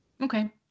Okay